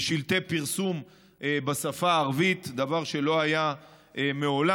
בשלטי פרסום בשפה הערבית, דבר שלא היה מעולם.